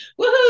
woohoo